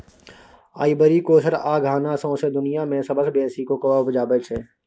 Ivory Coast आ Ghana सौंसे दुनियाँ मे सबसँ बेसी कोकोआ उपजाबै छै